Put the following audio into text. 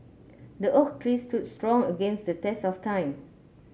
the oak tree stood strong against the test of time